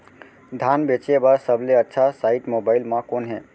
धान बेचे बर सबले अच्छा साइट मोबाइल म कोन हे?